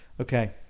Okay